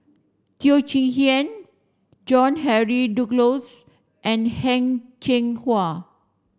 Teo Chee Hean John Henry Duclos and Heng Cheng Hwa